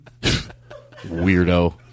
Weirdo